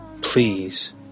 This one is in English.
please